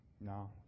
No